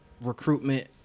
recruitment